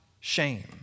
shame